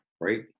right